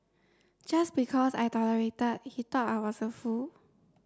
just because I tolerated he thought I was a fool